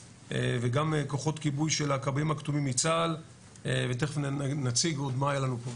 וגם כוחות כיבוי של הכבאים הכתומים מצה"ל ותיכף נציג עוד מה היה לנו פה.